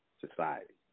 society